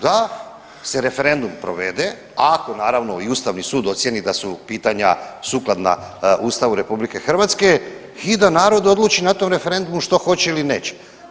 Da se referendum provede, ako naravno, i Ustavni sud ocijeni da su pitanja sukladna Ustavu RH i da narod odluči na tom referendumu što hoće ili neće.